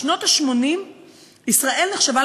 בשנות ה-80 ישראל נחשבה,